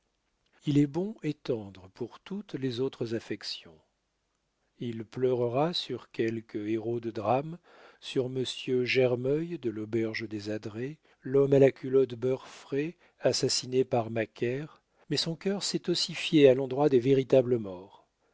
il est bon et tendre pour toutes les autres affections il pleurera sur quelque héros de drame sur monsieur germeuil de l'auberge des adrets l'homme à la culotte beurre frais assassiné par macaire mais son cœur s'est ossifié à l'endroit des véritables morts